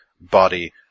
body